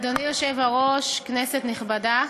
אדוני היושב-ראש, כנסת נכבדה,